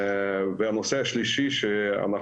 נושא שלישי, אנחנו